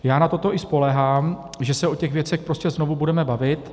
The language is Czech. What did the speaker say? Já na toto i spoléhám, že se o těch věcech prostě znovu budeme bavit.